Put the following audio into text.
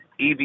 EV